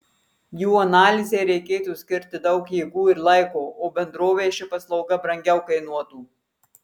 jų analizei reikėtų skirti daug jėgų ir laiko o bendrovei ši paslauga brangiau kainuotų